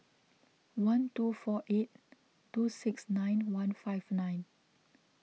one two four eight two six nine one five nine